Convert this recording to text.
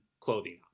clothing